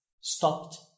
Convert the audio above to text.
stopped